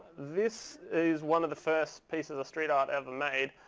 this is one of the first pieces of street art ever made.